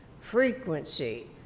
frequency